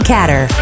Catter